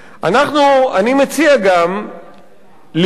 אני מציע גם לקבוע